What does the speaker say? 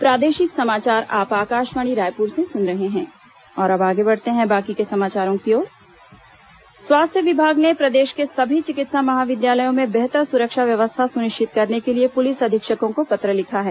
चिकित्सा सुरक्षा पत्र स्वास्थ्य विभाग ने प्रदेश के सभी चिकित्सा महाविद्यालयों में बेहतर सुरक्षा व्यवस्था सुनिश्चित करने के लिए पुलिस अधीक्षकों को पत्र लिखा है